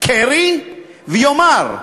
קרי ויאמר: